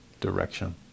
direction